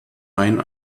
mein